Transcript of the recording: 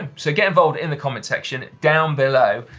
and so get involved in the comments section down below.